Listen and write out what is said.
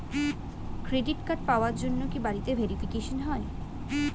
Credit card পাওয়ার জন্য কি বাড়িতে ভেরিফিকেশন হয়?